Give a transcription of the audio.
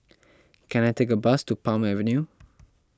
can I take a bus to Palm Avenue